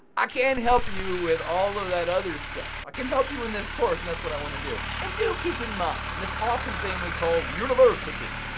i can't help you with all of that other stuff. i can help you in this course, that's what i wanna do. and do keep in mind this awesome thing we call university,